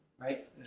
right